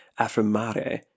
affirmare